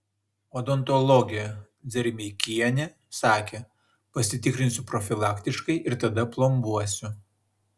odontologė dzermeikienė sakė pasitikrinsiu profilaktiškai ir tada plombuosiu